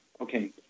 okay